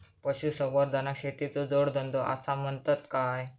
पशुसंवर्धनाक शेतीचो जोडधंदो आसा म्हणतत काय?